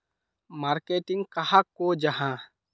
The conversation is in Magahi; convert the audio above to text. मार्केटिंग कहाक को जाहा?